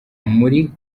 muri